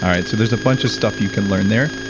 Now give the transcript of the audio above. right. so, there's a bunch of stuff you can learn there.